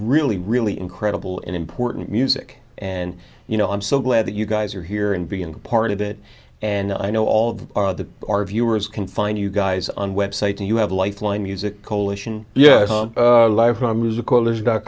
really really incredible and important music and you know i'm so glad that you guys are here and being part of it and i know all of our that our viewers can find you guys on web site and you have a lifeline music coalition yeah